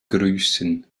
grüßen